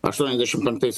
aštuoniasdešimt penktais